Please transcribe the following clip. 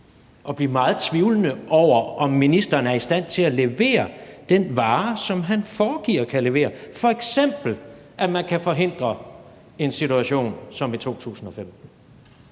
og blive meget tvivlende over for, om ministeren er i stand til at levere den vare, som han foregiver at kunne levere, f.eks. at man kan forhindre en situation som den i 2015.